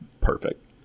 perfect